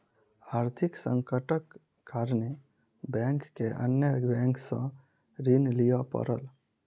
आर्थिक संकटक कारणेँ बैंक के अन्य बैंक सॅ ऋण लिअ पड़ल